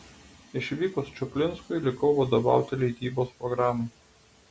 išvykus čuplinskui likau vadovauti leidybos programai